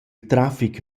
trafic